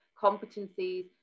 competencies